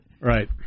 right